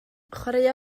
chwaraea